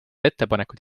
ettepanekuid